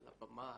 הבמה,